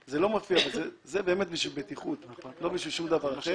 זה באמת בשביל בטיחות, לא בשביל שום דבר אחר.